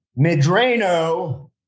Medrano